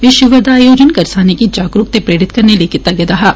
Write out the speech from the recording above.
इस शिविर दा आयोजन करसानें गी जागरूक ते प्रेरित करने लेई कीता गेदा हा